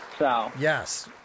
Yes